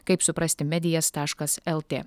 kaip suprasti medijas taškas lt